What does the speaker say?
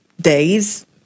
days